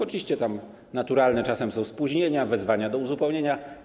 Oczywiście tam naturalne są czasem spóźnienia, wezwania do uzupełnienia.